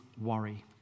worry